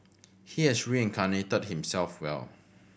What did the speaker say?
he has reincarnated himself well